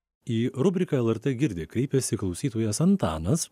į rubriką lrt girdi kreipėsi klausytojas antanas